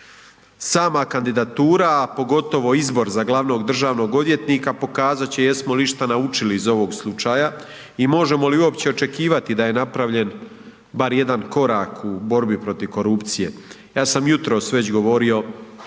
Sama kandidatura, a pogotovo izbor za glavnog državnog odvjetnika pokazat će jesmo li išta naučili iz ovog slučaja i možemo li uopće očekivati da je napravljen bar jedan korak u borbi protiv korupcije. Ja sam jutros već govorio,